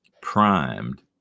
primed